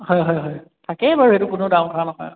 হয় হয় হয় থাকেই বাৰু সেইটো কোনো ডাঙৰ কথা নহয়